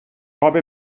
habe